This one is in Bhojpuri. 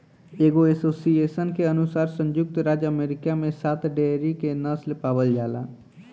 एगो एसोसिएशन के अनुसार संयुक्त राज्य अमेरिका में सात डेयरी के नस्ल पावल जाला